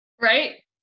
Right